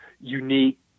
unique